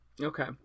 Okay